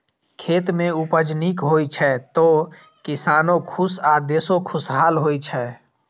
खेत मे उपज नीक होइ छै, तो किसानो खुश आ देशो खुशहाल होइ छै